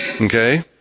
Okay